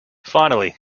finally